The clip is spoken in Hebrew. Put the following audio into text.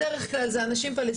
בדרך כלל אלה פלסטינים.